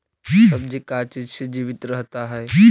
सब्जी का चीज से जीवित रहता है?